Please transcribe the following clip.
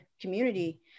community